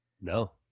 no